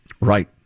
Right